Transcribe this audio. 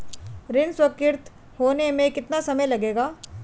ऋण स्वीकृत होने में कितना समय लगेगा?